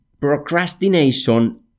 procrastination